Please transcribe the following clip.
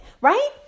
right